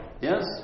Yes